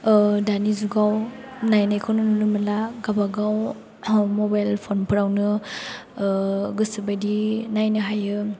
दानि जुगाव नायनायखौ नुनो मोनला गावबागाव मबाइल फनफ्रावनो गोसो बायदि नायनो हायो